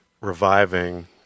reviving